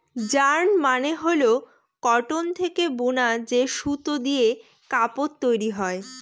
yarn মানে হল cotton থেকে বুনা যে সুতো দিয়ে কাপড় তৈরী হয়